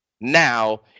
now